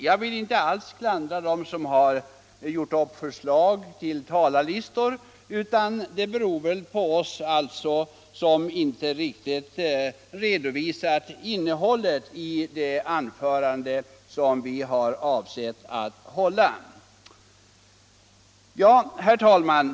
Jag vill inte alls klandra dem som gjort upp förslag till talarlistor, utan detta beror väl på oss, som inte riktigt redovisat innehållet i de anföranden vi har avsett att hålla. Herr talman!